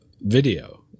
video